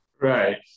Right